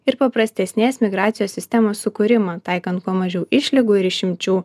ir paprastesnės migracijos sistemos sukūrimą taikant kuo mažiau išlygų ir išimčių